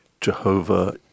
jehovah